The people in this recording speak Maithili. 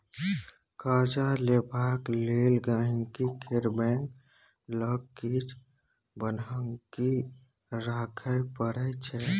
कर्जा लेबाक लेल गांहिकी केँ बैंक लग किछ बन्हकी राखय परै छै